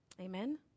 Amen